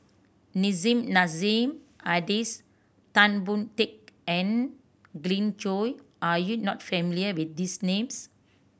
Nissim Nassim Adis Tan Boon Teik and Glen Goei are you not familiar with these names